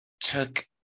took